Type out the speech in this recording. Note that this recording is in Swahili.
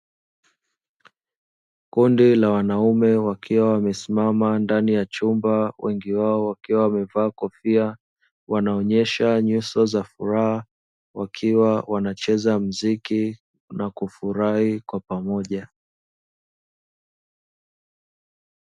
Kundi la wanaume wakiwa wamesimama ndani ya chumba wengi wao wakiwa wamevaa kofia, wanaonesha nyuso za furaha wakiwa wanacheza mziki na kufurahi kwa pamoja.